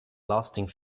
lasting